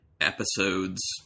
episodes